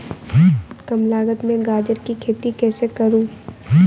कम लागत में गाजर की खेती कैसे करूँ?